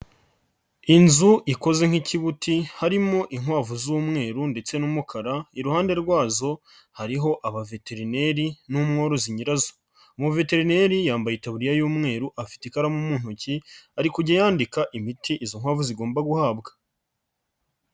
Inzu ikoze nk'ikibuti harimo inkwavu z'umweru ndetse n'umukara iruhande rwazo hariho abaveterineri n'umwori nyirazo, umuviterineri yambaye itabuririya y'umweru afite ikaramu mu ntoki ari kujya yandika imiti izo nkwavu zigomba guhabwa.